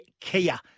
Kia